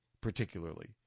particularly